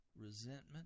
resentment